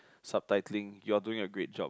subtitling you are doing a great job